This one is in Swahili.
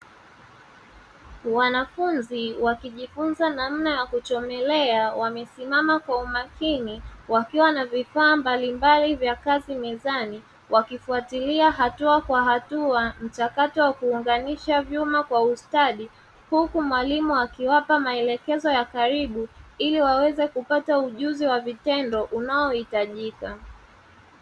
Wanafunzi wakijifunza namna ya kuchomelea, wamesimama kwa umakini wakiwa na vifaa mbalimbli vya kazi mezani, wakifuatilia hatua kwa hatua mchakato wa kuunganisha vyuma kwa ustadi, huku mwalimu akiwapa maelekezo ya karibu ili waweze kupata ujuzi wa vitendo, unaohitajika.